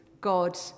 God